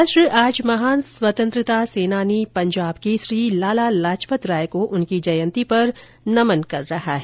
राष्ट्र आज महान स्वतंत्रता सेनानी पंजाब केसरी लाला लाजपत राय को उनकी जयंती पर नमन कर रहा है